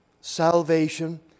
salvation